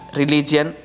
religion